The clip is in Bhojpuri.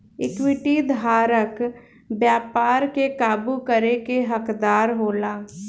इक्विटी धारक व्यापार के काबू करे के हकदार होला